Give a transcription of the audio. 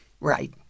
Right